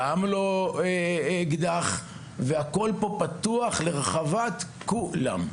גם לא אקדח, והכל פה פתוח לרחבת כולם.